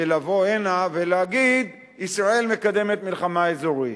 ולבוא הנה ולהגיד, ישראל מקדמת מלחמה אזורית.